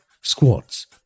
squats